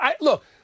look